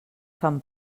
fan